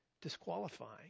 disqualifying